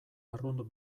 arrunt